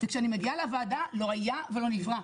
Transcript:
וכשהגעתי לוועדה לא היה ולא נברא,